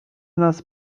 nas